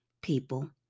people